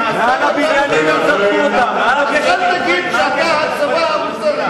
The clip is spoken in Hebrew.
אז אל תגיד שאתה הצבא המוסרי.